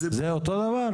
זה אותו דבר?